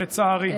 אני אומר לך,